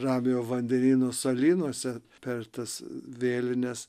ramiojo vandenyno salynuose per tas vėlines